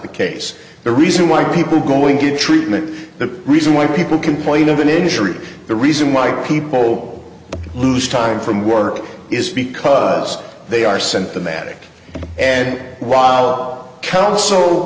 the case the reason why people go into treatment the reason why people complain of an injury the reason why people lose time from work is because they are sent the manic and while kelso